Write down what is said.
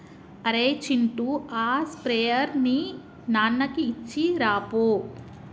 అరేయ్ చింటూ ఆ స్ప్రేయర్ ని నాన్నకి ఇచ్చిరాపో